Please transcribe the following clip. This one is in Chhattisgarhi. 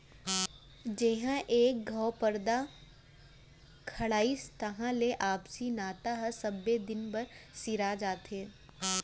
जहॉं एक घँव परदा खड़ाइस तहां ले आपसी नता ह सबे दिन बर सिरा जाथे